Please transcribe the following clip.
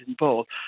involved